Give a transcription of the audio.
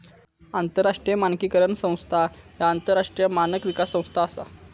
आंतरराष्ट्रीय मानकीकरण संस्था ह्या आंतरराष्ट्रीय मानक विकास संस्था असा